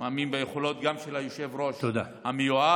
מאמין גם ביכולות של היושב-ראש המיועד.